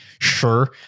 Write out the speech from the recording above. sure